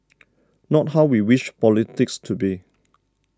not how we wish politics to be